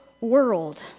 world